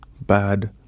bad